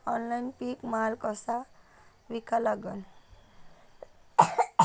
Online पीक माल कसा विका लागन?